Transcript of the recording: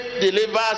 delivers